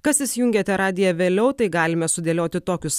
kas įsijungėte radiją vėliau tai galime sudėlioti tokius